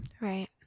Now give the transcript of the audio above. Right